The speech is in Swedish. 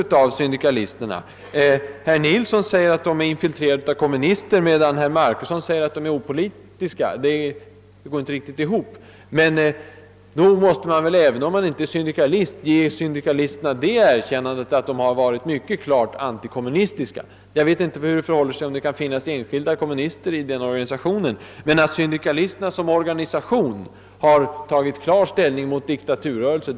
Herr Nilsson i Kalmar säger att de är infiltre rade av kommunister, medan herr Marcusson anser att de är opolitiska. Detta går inte riktigt ihop. Även om man inte själv är syndikalist, måste man ge SAC det erkännandet att det har varit mycket klart antikommunistiskt. Jag känner inte till om det kan finnas enskilda kommunister bland dess medlemmar, men . SAC som organisation har tagit bestämd ställning mot diktarturrörelser.